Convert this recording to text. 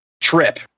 trip